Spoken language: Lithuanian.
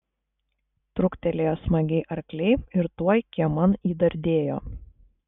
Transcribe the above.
truktelėjo smagiai arkliai ir tuoj kieman įdardėjo